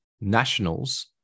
Nationals